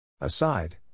Aside